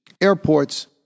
airports